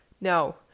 no